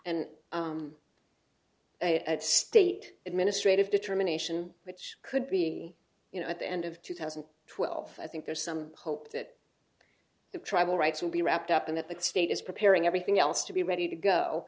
a state administrative determination which could be you know at the end of two thousand and twelve i think there's some hope that the tribal rights will be wrapped up in that the state is preparing everything else to be ready to go